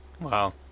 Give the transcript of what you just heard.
wow